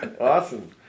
Awesome